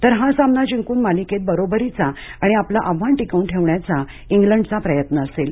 तर हा सामना जिंकून मालिकेत बरोबरीचा आणि आपलं आव्हान टिकवून ठेवण्याचा श्लिंडचा प्रयत्न असेल